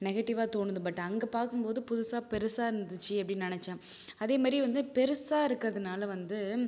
நெகட்டிவ்வாக தோணுது பட் அங்கே பார்க்கும்போது புதுசாக பெருசாக இருந்துச்சு அப்படின்னு நினச்சேன் அதே மாரி வந்து பெருசாக இருக்கிறதுனால வந்து